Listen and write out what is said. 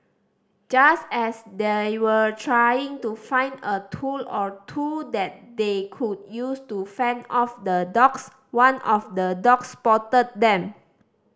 just as they were trying to find a tool or two that they could use to fend off the dogs one of the dogs spotted them